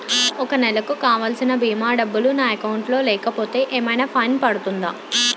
ఒక నెలకు కావాల్సిన భీమా డబ్బులు నా అకౌంట్ లో లేకపోతే ఏమైనా ఫైన్ పడుతుందా?